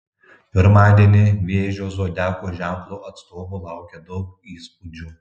pirmadienį vėžio zodiako ženklo atstovų laukia daug įspūdžių